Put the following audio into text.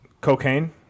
Cocaine